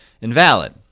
invalid